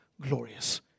glorious